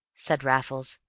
said raffles.